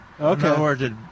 Okay